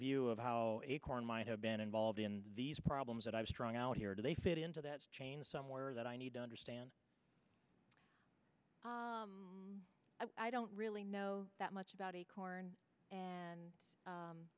view of how acorn might have been involved in these problems that i've strung out here do they fit into that chain somewhere that i need to understand i don't really know that much about acorn and